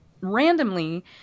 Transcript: randomly